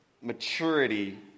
maturity